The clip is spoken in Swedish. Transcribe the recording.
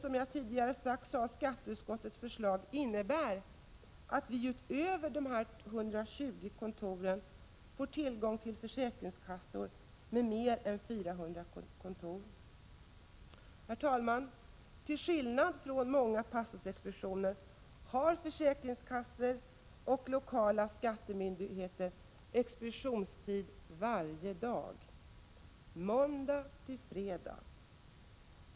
Som jag tidigare sagt innebär skatteutskottets förslag att vi utöver dessa 120 kontor får tillgång till försäkringskassornas mer än 400 kontor. Herr talman! Till skillnad från många pastorsexpeditioner har försäkringskassor och lokala skattemyndigheter expeditionstid varje dag, måndag till fredag.